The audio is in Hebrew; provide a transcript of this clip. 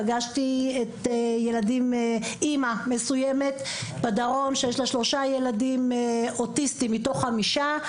פגשתי אימא מסוימת בדרום שיש לה שלושה ילדים אוטיסטים מתוך חמישה.